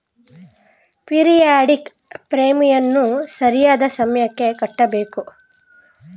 periodic ಪ್ರೀಮಿಯಂನ್ನು ಸರಿಯಾದ ಸಮಯಕ್ಕೆ ಕಟ್ಟಬೇಕು